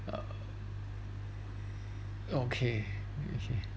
oh okay okay